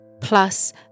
Plus